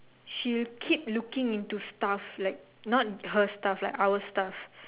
she'll keep looking into stuff like not her stuff like our stuff